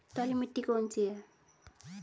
काली मिट्टी कौन सी है?